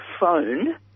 phone